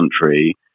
country